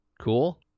Cool